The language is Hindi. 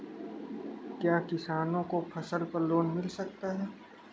क्या किसानों को फसल पर लोन मिल सकता है?